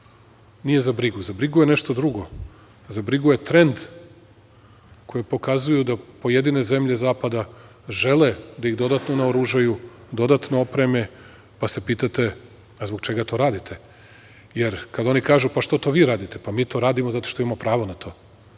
Nije za brigu, za brigu je nešto drugo.Za brigu je trend koji pokazuju da pojedine zemlje zapada žele da ih dodatno naoružaju, dodatno opreme, pa se pitate - zbog čega to radite? Kada oni kažu – pa, što to vi radite? Pa, mi to radimo zato što imamo pravo na to,